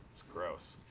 it's gross.